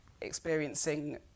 experiencing